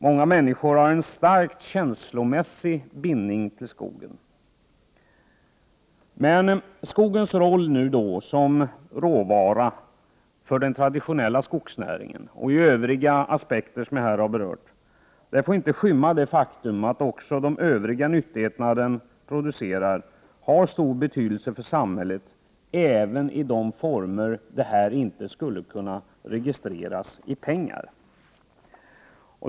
Många människor har en stark, känslomässig bindning till skogen. Men skogens roll som råvara för den traditionella skogsnäringen och de övriga aspekter som jag här har berört får inte skymma det faktum att också de andra nyttigheter som skogen ger har stor betydelse för samhället även i de former där det inte kan bli fråga om en registrering i pengar.